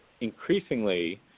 increasingly